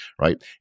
right